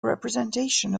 representation